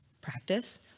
practice